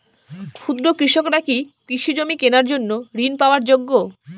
ক্ষুদ্র কৃষকরা কি কৃষি জমি কেনার জন্য ঋণ পাওয়ার যোগ্য?